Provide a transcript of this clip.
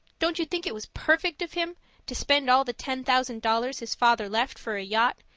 don't you think it was perfect of him to spend all the ten thousand dollars his father left, for a yacht,